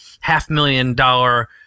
half-million-dollar